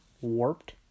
Warped